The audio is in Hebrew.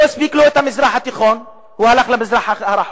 לא הספיק המזרח התיכון, הוא הלך למזרח הרחוק.